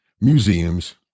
museums